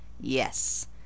Yes